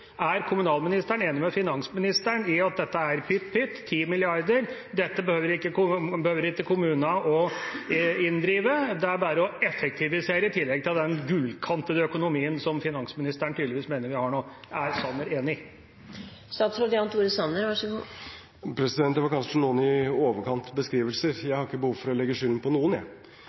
Er kommunalministeren enig med finansministeren i at dette er pytt, pytt – 10 mrd. kr? Dette behøver ikke kommunene inndrive, det er bare å effektivisere i tillegg til den gullkantede økonomien som finansministeren tydeligvis mener vi har nå. Er Sanner enig? Beskrivelsene var kanskje noe i overkant. Jeg